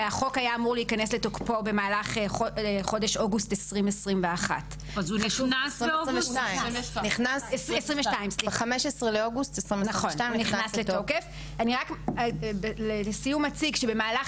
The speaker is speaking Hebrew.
והחוק נכנס לתוקפו ב-15 באוגוסט 2022. רק לסיום אציג שבמהלך